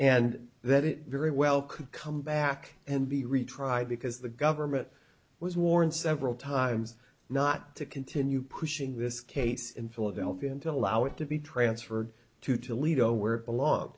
and that it very well could come back and be retried because the government was warned several times not to continue pushing this case in philadelphia until allow it to be transferred to toledo where a lo